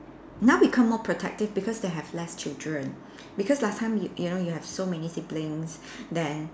now become more protective because they have less children because last time you you know you have so many siblings then